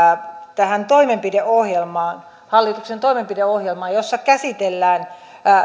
tähän toimenpideohjelmaan hallituksen toimenpideohjelmaan jossa käsitellään